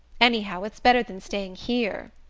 anyhow, it's better than staying here!